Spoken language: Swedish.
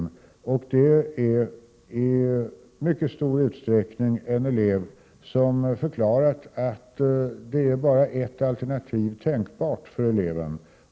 I stor utsträckning rör det sig om sådana elever som förklarar att de bara är intresserade av förstahandsalternativet.